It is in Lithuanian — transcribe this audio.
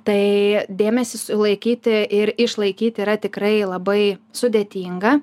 tai dėmesį sulaikyti ir išlaikyti yra tikrai labai sudėtinga